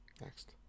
next